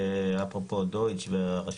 אפרופו דויטש והרשות.